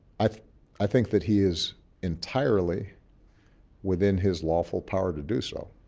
i i think that he is entirely within his lawful power to do so.